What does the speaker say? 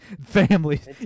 families